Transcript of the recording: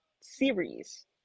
series